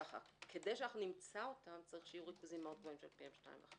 כדי שנמצא אותם צריך שיהיו ריכוזים מאוד גבוהים של PM 2.5,